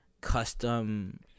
custom